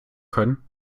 können